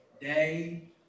day